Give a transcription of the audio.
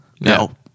No